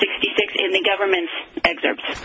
sixty six in the government excerpt